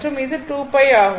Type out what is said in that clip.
மற்றும் இது 2π ஆகும்